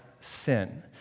sin